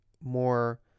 more